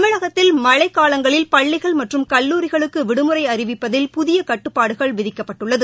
தமிழகத்தில் மழைக் காலங்களில் பள்ளிகள் மற்றும் கல்லூரிகளுக்கு விடுமுறை அறிவிப்பதில் புதிய கட்டுப்பாடுகள் விதிக்கப்பட்டுள்ளது